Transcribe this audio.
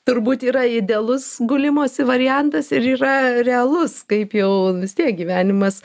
turbūt yra idealus gulimosi variantas ir yra realus kaip jau vistiek gyvenimas